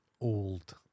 old